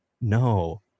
No